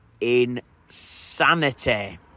insanity